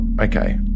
okay